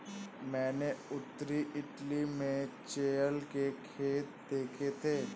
मैंने उत्तरी इटली में चेयल के खेत देखे थे